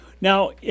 Now